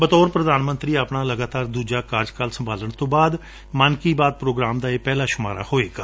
ਬਤੌਰ ਪ੍ਰਧਾਨ ਮੰਤਰੀ ਆਪਣਾ ਲਗਾਤਾਰ ਦੁਜਾ ਕਾਰਜਕਾਲ ਸੰਭਾਲਣ ਤੋਂ ਬਾਤ ਮਨ ਕੀ ਬਾਤ ਧ੍ਰੋਗਰਾਮ ਦਾ ਇਹ ਪਹਿਲਾ ਸ਼ਮਾਰਾ ਹੋਵੇਗਾ